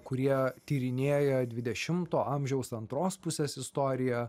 kurie tyrinėja dvidešimto amžiaus antros pusės istoriją